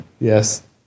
Yes